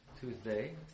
Tuesday